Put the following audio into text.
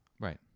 Right